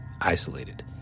isolated